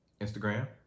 Instagram